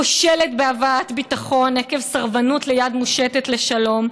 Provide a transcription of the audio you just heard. הכושלת בהבאת ביטחון עקב סרבנות ליד מושטת לשלום,